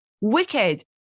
wicked